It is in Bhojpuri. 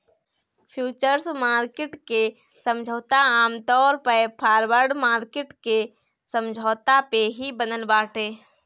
फ्यूचर्स मार्किट के समझौता आमतौर पअ फॉरवर्ड मार्किट के समझौता पे ही बनल बाटे